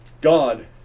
God